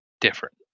different